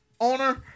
owner